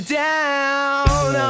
down